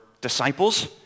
disciples